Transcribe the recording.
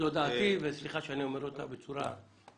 זו דעתי וסליחה שאני אומר אותה בצורה מוחלטת.